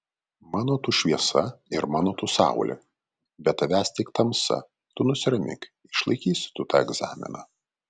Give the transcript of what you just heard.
mano tu šviesa ir mano tu saulė be tavęs tik tamsa tu nusiramink išlaikysi tu tą egzaminą